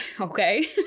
okay